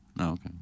Okay